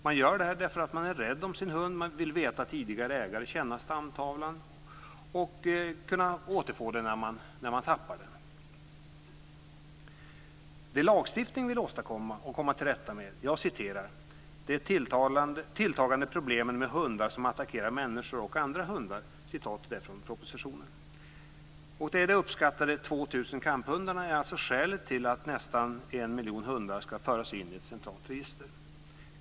Man gör så därför att man är rädd om sin hund, vill veta tidigare ägare, känna stamtavlan och kunna återfå hunden när man tappar bort hunden. Det lagstiftningen vill komma till rätta med är, enligt propositionen, tilltagande problem med hundar som attackerar människor och andra hundar. De uppskattningsvis 2 000 kamphundarna är alltså skälet till att nästan en miljon hundar ska föras in i ett centralt register.